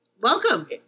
Welcome